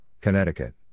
Connecticut